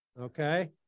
okay